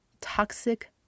Toxic